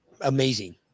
amazing